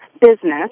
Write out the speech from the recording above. business